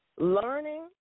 Learning